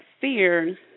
fear